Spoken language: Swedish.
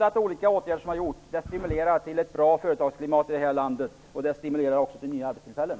De olika åtgärder som har vidtagits stimulerar alltså till ett bra företagsklimat i det här landet, och de stimulerar också till nya arbetstillfällen.